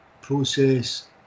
process